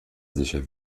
sicher